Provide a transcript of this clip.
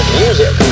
music